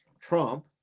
Trump